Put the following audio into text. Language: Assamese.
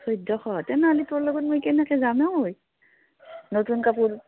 চৈধ্যশত লগত মই কেনেকে যাম ঐ নতুন কাপোৰ